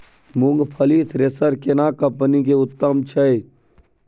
मूंगफली थ्रेसर केना कम्पनी के उत्तम छै?